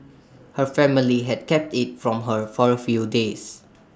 her family had kept IT from her for A few days